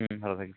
হুম ভালো থাকিস